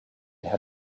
had